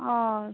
ᱦᱳᱭ